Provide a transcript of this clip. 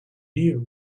new